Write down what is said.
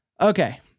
Okay